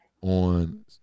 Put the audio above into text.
On